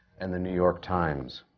and the new york times.